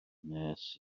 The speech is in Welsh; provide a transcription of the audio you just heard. wnes